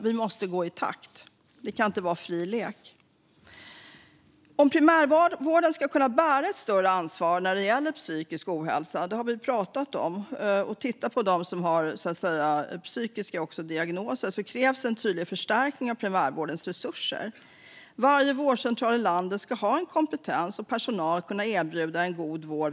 Vi måste gå i takt. Det kan inte vara fri lek. Om primärvården ska kunna bära ett större ansvar när det gäller psykisk ohälsa - det har vi pratat om - och titta på dem som har psykiska diagnoser krävs det en tydlig förstärkning av primärvårdens resurser. Varje vårdcentral i landet ska ha en kompetens när det gäller psykisk ohälsa, och personalen ska kunna erbjuda en god vård.